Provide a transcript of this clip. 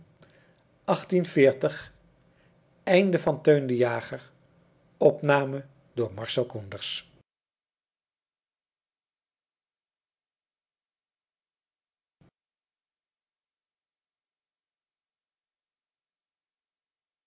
teun de jager